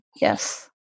Yes